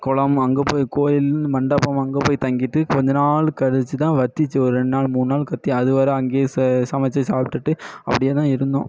குளம் அங்கே போய் கோவில் மண்டபம் அங்கே போய் தங்கிட்டு கொஞ்ச நாள் கழிச்சி தான் வத்துச்சு ஒரு ரெண்ட் நாள் மூணுநாள் கத்தி அதுவரை அங்கேயே ச சமைத்து சாப்பிட்டுட்டு அப்படியேதான் இருந்தோம்